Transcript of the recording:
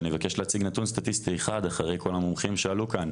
אני אבקש להציג נתון סטטיסטי אחד אחרי כל המומחים שעלו כאן.